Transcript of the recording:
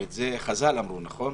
את זה חז"ל אמרו, נכון?